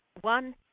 one